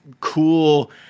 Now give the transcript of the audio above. cool